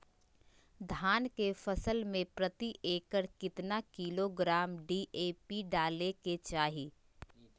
धान के फसल में प्रति एकड़ कितना किलोग्राम डी.ए.पी डाले के चाहिए?